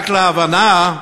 רק להבנה,